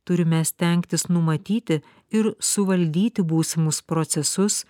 turime stengtis numatyti ir suvaldyti būsimus procesus